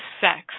sex